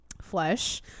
flesh